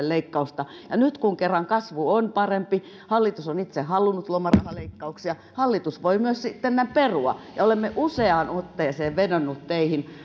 leikkausta ja nyt kun kerran kasvu on parempi hallitus on itse halunnut lomarahaleikkauksia hallitus voi myös sitten ne perua olemme useaan otteeseen vedonneet teihin